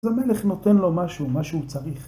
אז המלך נותן לו משהו, משהו שהוא צריך.